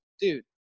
dude